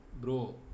Bro